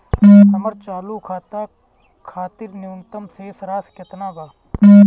हमर चालू खाता खातिर न्यूनतम शेष राशि केतना बा?